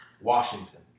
Washington